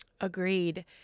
Agreed